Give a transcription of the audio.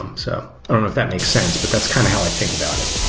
um so i don't know if that makes sense, but that's kind of how i think about it.